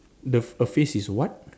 the a face is what